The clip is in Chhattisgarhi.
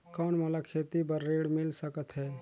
कौन मोला खेती बर ऋण मिल सकत है?